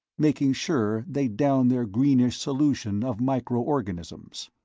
making sure they downed their greenish solution of microorganisms.